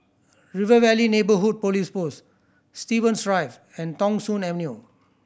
River Valley Neighbourhood Police Post Stevens Drive and Thong Soon Avenue